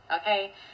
okay